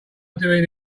doing